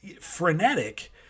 frenetic